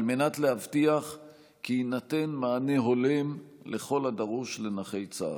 על מנת להבטיח כי יינתן מענה הולם לכל הדרוש לנכי צה"ל.